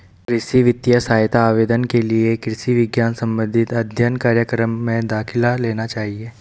कृषि वित्तीय सहायता आवेदन के लिए कृषि विज्ञान संबंधित अध्ययन कार्यक्रम में दाखिला लेना चाहिए